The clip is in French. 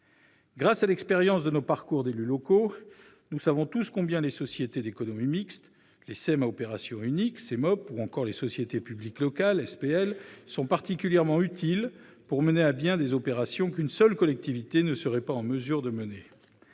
Grâce à l'expérience de nos parcours d'élus locaux, nous savons tous combien les sociétés d'économie mixte, les SEM, les SEM à opération unique, les SEMOP, ou encore les sociétés publiques locales, les SPL, sont particulièrement utiles pour mener à bien des opérations qu'une seule collectivité ne serait pas en mesure de mener.